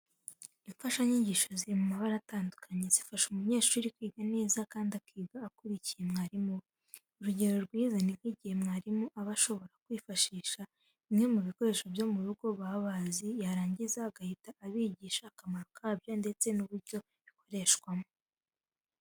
Imfashanyigisho ziri mu mabara atandukanye, zifasha umunyeshuri kwiga neza kandi akiga akurikiye mwarimu we. Urugero rwiza ni nk'igihe mwarimu aba ashobora kwifashisha bimwe mu bikoresho byo mu rugo baba bazi, yarangiza agahita abigisha akamaro kabyo ndetse n'uburyo bikoreshwamo.